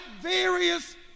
various